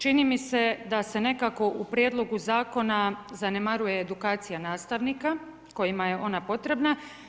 Čini mi se da se nekako u prijedlogu zakona zanemaruje edukacija nastavnika kojima je ona potrebna.